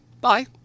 Bye